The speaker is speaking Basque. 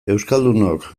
euskaldunok